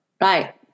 Right